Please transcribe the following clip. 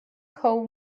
chomh